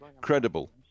credible